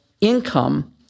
income